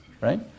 right